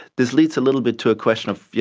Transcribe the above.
this leads a little bit to a question of, you